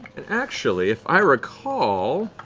and actually, if i recall,